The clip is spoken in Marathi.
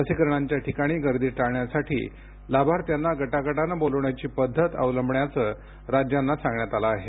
लसीकरणांप्या ठिकाणी गर्दी टाळण्यासाठी लाभार्थ्यांना गटामटानं बोलवण्याची पद्धत अवलंबण्याचं राज्यांना सांगण्यात आलं आहे